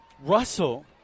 Russell